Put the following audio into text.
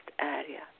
area